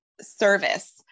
service